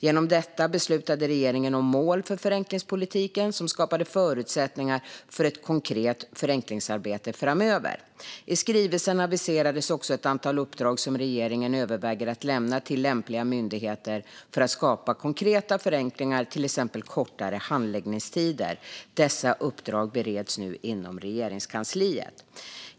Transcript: Genom detta beslutade regeringen om mål för förenklingspolitiken som skapar förutsättningar för ett konkret förenklingsarbete framöver. I skrivelsen aviserades också ett antal uppdrag som regeringen överväger att lämna till lämpliga myndigheter för att skapa konkreta förenklingar, till exempel kortare handläggningstider. Dessa uppdrag bereds nu inom Regeringskansliet.